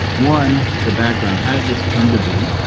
one, the background, how'd this come to be,